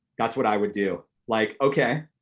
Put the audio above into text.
that's what i would do. like okay,